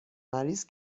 مریض